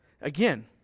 Again